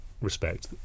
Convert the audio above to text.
respect